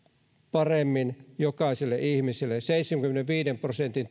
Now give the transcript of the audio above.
paremmin jokaiselle ihmiselle seitsemänkymmenenviiden prosentin